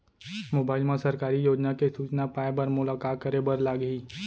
mobile मा सरकारी योजना के सूचना पाए बर मोला का करे बर लागही